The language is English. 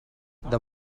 the